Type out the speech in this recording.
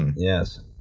yes.